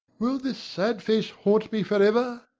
will this sad face haunt me forever?